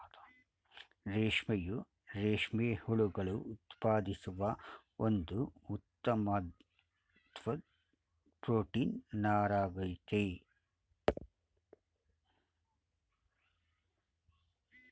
ರೇಷ್ಮೆಯು ರೇಷ್ಮೆ ಹುಳುಗಳು ಉತ್ಪಾದಿಸುವ ಒಂದು ಉತ್ತಮ್ವಾದ್ ಪ್ರೊಟೀನ್ ನಾರಾಗಯ್ತೆ